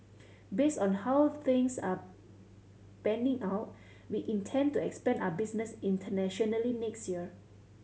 based on the how things are panning out we intend to expand our business internationally next year